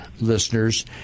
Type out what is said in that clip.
listeners